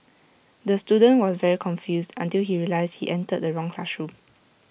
the student was very confused until he realised he entered the wrong classroom